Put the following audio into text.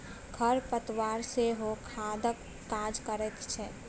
खर पतवार सेहो खादक काज करैत छै